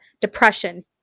depression